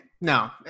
no